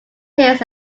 hills